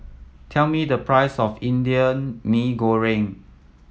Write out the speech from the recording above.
tell me the price of Indian Mee Goreng